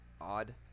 odd